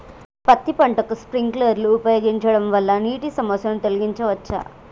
పత్తి పంటకు స్ప్రింక్లర్లు ఉపయోగించడం వల్ల నీటి సమస్యను తొలగించవచ్చా?